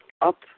up